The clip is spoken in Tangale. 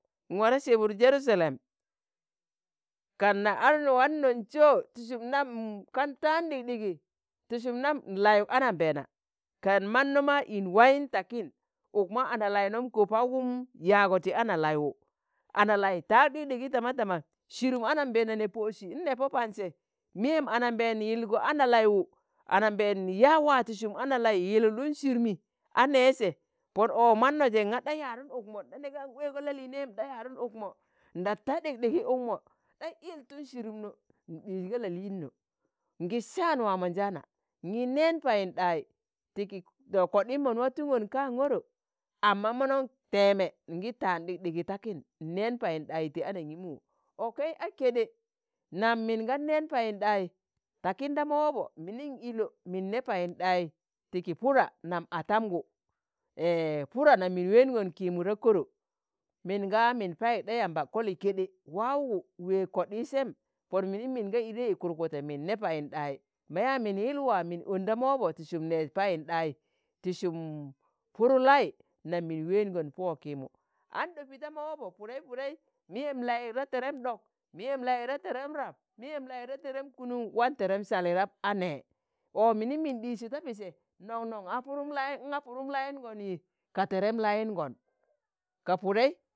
nwarẹ sẹbụd jerusalem, kan na adnọ wan nun sọ, ti sum nam kan tạan ɗikɗigi, ti sum nam n'layụk anambẹẹna, kan manno ma in wayin takin, uk ma analainom kopaụgụm yaagọ ti analaiwu, analai taag ɗikɗigi tama tama, sirum anambeena ne posi n'ne Po Pan se, miyem anambeena yilgo analaiwu ananbeen yaag waa ti sum analai yilulun sirumi a nẹ sẹ Pọn ọ mannọ je da yadun ukmo ɗa nega nweego la'liineyum ɗa yadun ukmo, nɗa ta ɗikɗigi ukmo ɗa iltun sirum no ndijj ga la'liino, ngi saan waamonjaana, ngi neen Payinɗai, tiki tọ koɗim mon watung̣on ka ṇgọrọ amma mọnọṇ teeme ngi tạan ɗikɗigi takin n'neen payinɗai ti anangimu, okei a keɗe nam min gan neen Payinɗai takin da mawobo, minin ilo min ne Payinɗai tiki Puda nam atamgu Pura nam min weeṇgon kiimu da koro min ga min Paiɗa yamba, koli keɗe waugu weeg koɗii, Sem Pon minim min ga idei Kurgute min ne Payinɗai, ma yaa min yil waa min oni da maobo ti sum neez Payinɗai, ti sum Puru lai nam- min weeṇgon Pọ wokimu an ɗobi da mawobo Pudai Pudai, miyem layuk ta terem ɗok, miyem layik da terem rab, miyem layik da terem kunuṇ wan terem sali rab a ne, o̱ minim min ɗijsi da Pise noṇ-noṇ a nga Purum layiṇgon yi ka terem layung̣on ga Pudei.